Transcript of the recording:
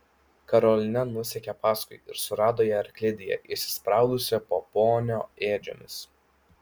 karolina nusekė paskui ir surado ją arklidėje įsispraudusią po ponio ėdžiomis